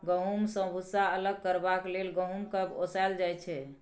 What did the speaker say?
गहुँम सँ भुस्सा अलग करबाक लेल गहुँम केँ ओसाएल जाइ छै